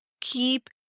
keep